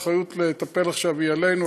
האחריות לטפל עכשיו היא עלינו,